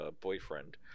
boyfriend